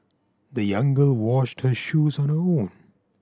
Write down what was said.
the young girl washed her shoes on her own